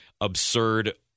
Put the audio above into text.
absurd